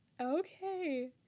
Okay